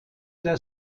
der